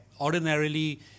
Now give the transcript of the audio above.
ordinarily